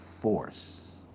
force